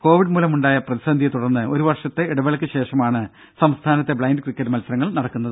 Covid മൂലമുണ്ടായ പ്രതിസന്ധിയെ തുടർന്ന് ഒരു വർഷത്തെ ഇടവേളയ്ക്കു ശേഷമാണ് സംസ്ഥാനത്തെ ബ്ലൈൻഡ് ക്രിക്കറ്റ് മത്സരങ്ങൾ നടക്കുന്നത്